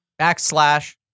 backslash